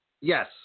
Yes